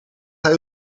hij